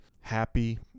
happy